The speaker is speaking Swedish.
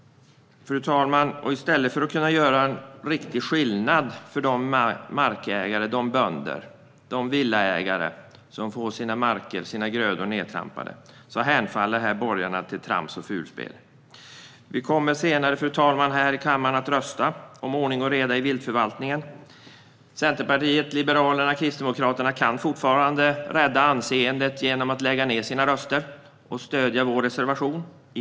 Fru talman! I stället för att kunna göra en riktig skillnad för de markägare, bönder och villaägare som får sina marker och grödor nedtrampade hemfaller här borgarna till trams och fulspel. Vi kommer senare att rösta här i kammaren om ordning och råda i viltförvaltningen. Centerpartiet, Liberalerna och Kristdemokraterna kan fortfarande rädda sitt anseende ge-nom att lägga ned sina röster och indirekt stödja vår reservation.